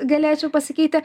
galėčiau pasakyti